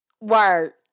Word